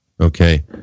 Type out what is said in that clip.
okay